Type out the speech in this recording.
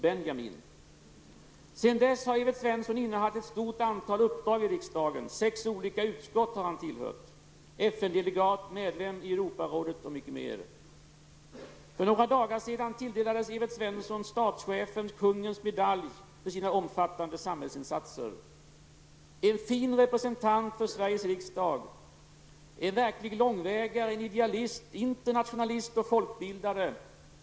Hans bakgrund som elektriker med yrkeserfarenhet från skogsindustrin och erfarenhet av fackligt arbete ute i industrin har varit en stor tillgång för näringsutskottet, som han har tillhört i många år. Han har stått upp för Norrlands industri och ägnat mycket tid åt statliga företag.